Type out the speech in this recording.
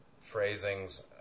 phrasings